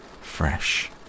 fresh